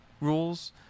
rules